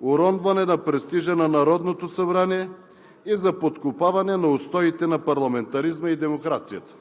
уронване на престижа на Народното събрание и за подкопаване на устоите на парламентаризма и демокрацията.